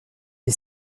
est